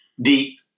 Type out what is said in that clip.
deep